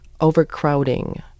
overcrowding